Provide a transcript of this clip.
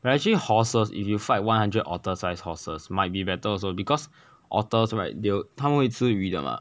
wait actually horses if you fight one hundred otter sized horses might be better also because otters right they'll 它们会吃鱼的 mah